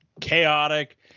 chaotic